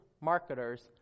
marketers